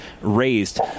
raised